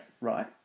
right